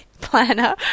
planner